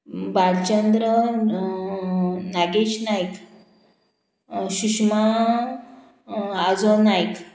बालचंद्र नागेश नायक सुशमा आजो नायक